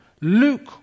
Luke